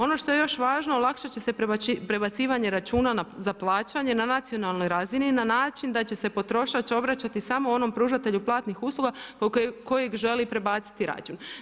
Ono što je još važno olakšat će se prebacivanje računa za plaćanje na nacionalnoj razini na način da će se potrošač obraćati samo onom pružatelju platnih usluga po kojem želi prebaciti račun.